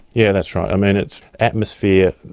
yeah that's right. um and it's atmosphere,